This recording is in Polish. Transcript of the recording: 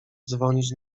dzwonić